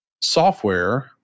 software